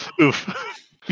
oof